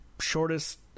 shortest